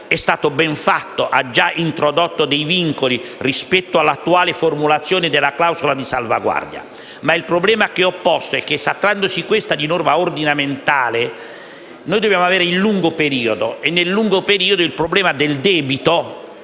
della Camera è stato ben fatto: ha già introdotto alcuni vincoli rispetto all'attuale formulazione della clausola di salvaguardia. Ma il problema che ho posto è che, trattandosi in questo caso di norma ordinamentale, dobbiamo avere l'ottica del lungo periodo, nel quale il problema del debito